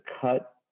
cut